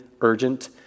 urgent